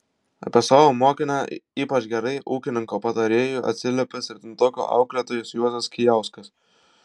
apie savo mokinę ypač gerai ūkininko patarėjui atsiliepė septintokų auklėtojas juozas kijauskas